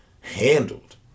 handled